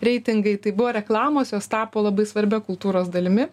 reitingai tai buvo reklamos jos tapo labai svarbia kultūros dalimi